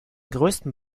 größten